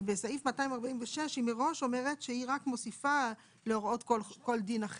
בסעיף 246 היא מראש אומרת שהיא רק מוסיפה להוראות כל דין אחר,